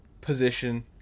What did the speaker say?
position